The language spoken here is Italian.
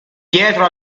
dietro